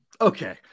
Okay